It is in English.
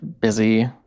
busy